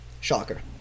Shocker